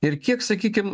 ir kiek sakykim